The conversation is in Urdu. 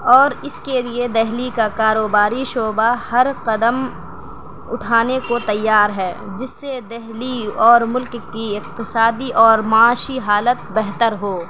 اور اس کے لیے دہلی کا کاروباری شُعبہ ہر قدم اٹھانے کو تیار ہے جس سے دہلی اور مُلک کی اقتصادی اور معاشی حالت بہتر ہو